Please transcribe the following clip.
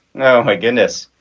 no, my goodness.